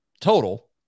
total